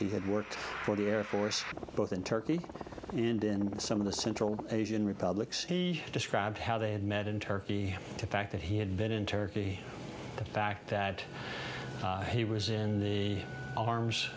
he had worked for the air force both in turkey and in some of the central asian republics he described how they had met in turkey to fact that he had been in turkey the fact that he was in the arms